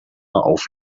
auf